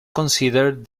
considered